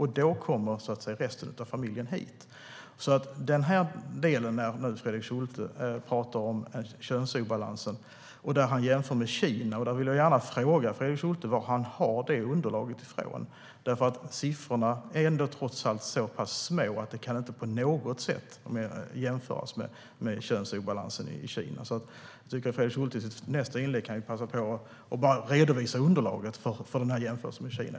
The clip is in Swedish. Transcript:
Och då kommer resten av familjen att komma hit. Fredrik Schulte talar om en könsobalans, och han jämför med Kina. Var har han fått det underlaget från? Siffrorna är trots allt så pass låga att det inte på något sätt kan jämföras med könsobalansen i Kina. Fredrik Schulte kan i sitt nästa inlägg passa på och redovisa underlaget för jämförelsen med Kina.